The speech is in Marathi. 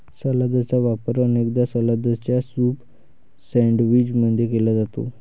सलादचा वापर अनेकदा सलादच्या सूप सैंडविच मध्ये केला जाते